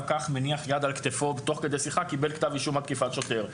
כך מניח יד על כתפו תוך כדי שיחה והוא קיבל כתב אישום על תקיפת שוטר.